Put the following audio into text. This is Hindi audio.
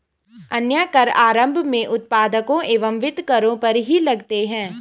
अन्य कर आरम्भ में उत्पादकों एवं वितरकों पर ही लगते हैं